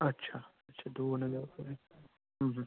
अच्छा अच्छा दोन हजारापर्यंत